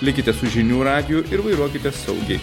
likite su žinių radiju ir vairuokite saugiai